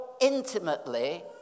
intimately